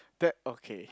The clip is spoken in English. that okay